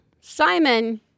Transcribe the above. Simon